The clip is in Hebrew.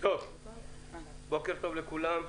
בוקר טוב לכולם.